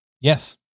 Yes